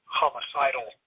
homicidal